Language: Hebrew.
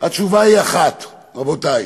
התשובה היא אחת, רבותי: